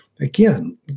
again